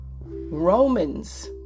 Romans